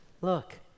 Look